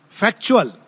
factual